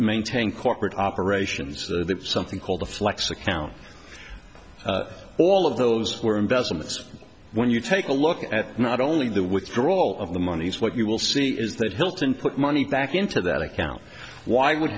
maintain corporate operations the something called the flex account all of those were investments when you take a look at not only the withdrawal of the monies what you will see is that hilton put money back into that account why would